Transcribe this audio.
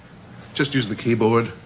just use the keyboard.